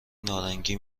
نارنگی